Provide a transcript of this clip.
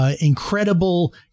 incredible